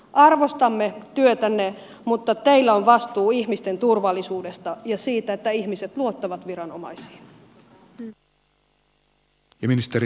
arvostamme työtänne mutta teillä on vastuu ihmisten turvallisuudesta ja siitä että ihmiset luottavat viranomaisiin